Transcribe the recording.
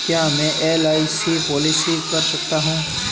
क्या मैं LIC policy कर सकता हूं?